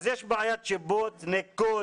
אז יש בעיית שיבוץ, ניקוד.